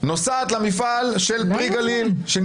נצביע על הסתייגויות 134-135. מי בעד?